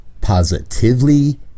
positively